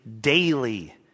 daily